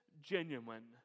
genuine